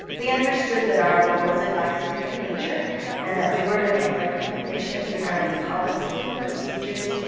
we understood that our role was advisory in nature and that we were to make recommendations regarding policy, procedures,